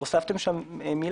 עמ'